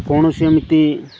କୌଣସି ଏମିତି